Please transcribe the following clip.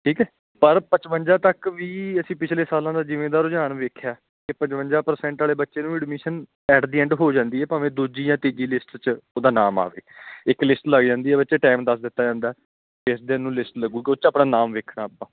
ਠੀਕ ਹੈ ਪਰ ਪਚਵੰਜਾ ਤੱਕ ਵੀ ਅਸੀਂ ਪਿਛਲੇ ਸਾਲਾਂ ਦਾ ਜਿਵੇਂ ਦਾ ਰੁਝਾਨ ਵੇਖਿਆ ਕਿ ਪਚਵੰਜਾ ਪ੍ਰਸੈਂਟ ਵਾਲੇ ਬੱਚੇ ਨੂੰ ਵੀ ਐਡਮਿਸ਼ਨ ਐਟ ਦੀ ਐਂਡ ਹੋ ਜਾਂਦੀ ਹੈ ਭਾਵੇਂ ਦੂਜੀ ਜਾਂ ਤੀਜੀ ਲਿਸਟ 'ਚ ਉਹਦਾ ਨਾਮ ਆਵੇ ਇੱਕ ਲਿਸਟ ਲੱਗ ਜਾਂਦੀ ਹੈ ਬੱਚੇ ਟਾਈਮ ਦੱਸ ਦਿੱਤਾ ਜਾਂਦਾ ਇਸ ਦਿਨ ਨੂੰ ਲਿਸਟ ਲੱਗੇਗਾ ਉਹ 'ਚ ਆਪਣਾ ਨਾਮ ਵੇਖਣਾ ਆਪਾਂ